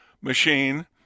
machine